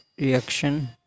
reaction